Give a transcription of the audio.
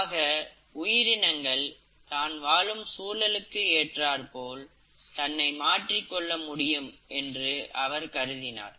ஆக உயிரினங்கள் தான் வாழும் சூழலுக்கு ஏற்றாற்போல் தன்னை மாற்றிக்கொள்ள முடியும் என்று அவர் கருதினார்